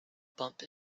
bump